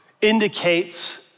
indicates